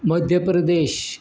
Madhya Pradesh